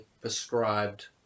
prescribed